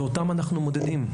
ואותם אנחנו מודדים.